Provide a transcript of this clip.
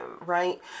right